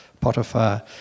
Potiphar